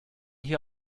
hier